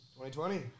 2020